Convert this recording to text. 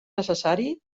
necessari